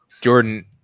Jordan